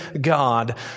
God